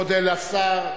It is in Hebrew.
תודה רבה לשר.